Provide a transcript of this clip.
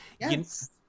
Yes